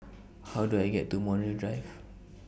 How Do I get to Montreal Drive